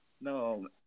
No